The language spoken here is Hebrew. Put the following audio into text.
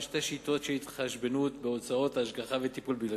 שתי שיטות של התחשבנות בהוצאות ההשגחה והטיפול בילדים.